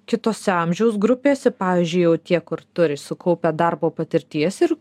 kitose amžiaus grupėse pavyzdžiui jau tie kur turi sukaupę darbo patirties ir